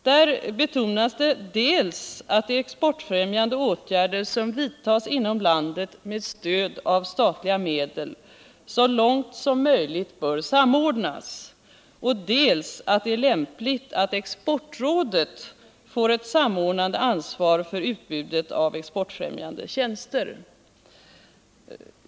Där betonas det dels att de exportfrämjande åtgärder som vidtas inom landet med stöd av statliga medel så långt som möjligt bör samordnas, dels att det är lämpligt att Exportrådet får ett samordnande ansvar för utbudet av exportfrämjande tjänster.